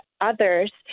others